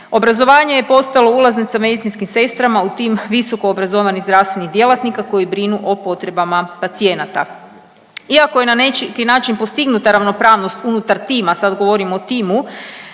Obrazovanje je postalo ulaznica medicinskim sestrama u tim visokoobrazovnim zdravstvenih djelatnika koji brinu o potrebama pacijenata. Iako je na neki način postignuta ravnopravnost unutar tima, sad govorim o timu,